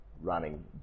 running